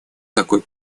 такой